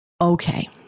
okay